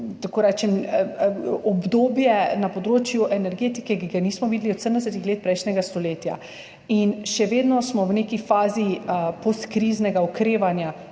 obdobje na področju energetike, ki ga nismo videli od 70. let prejšnjega stoletja in še vedno smo v neki fazi postkriznega okrevanja